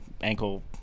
ankle